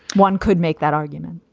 one could make that argument.